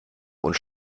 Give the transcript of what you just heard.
und